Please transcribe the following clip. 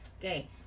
okay